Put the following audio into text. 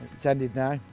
it's ended now,